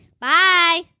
bye